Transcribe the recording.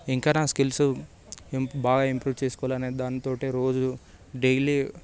ఇంకా నా స్కిల్స్ బాగా ఇంప్రూవ్ చేసుకోవాలి అనే దానితోనే రోజు డైలీ